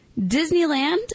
Disneyland